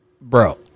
Bro